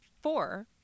four